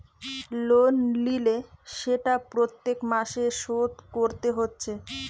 loan লিলে সেটা প্রত্যেক মাসে শোধ কোরতে হচ্ছে